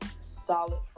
solid